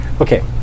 Okay